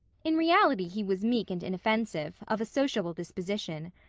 in reality he was meek and inoffensive, of a sociable disposition.